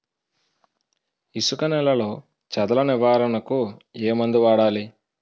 ఇసుక నేలలో చదల నివారణకు ఏ మందు వాడాలి?